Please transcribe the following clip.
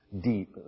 deep